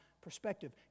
perspective